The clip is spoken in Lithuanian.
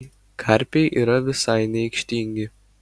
karpiai yra visai neaikštingi